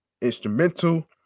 instrumental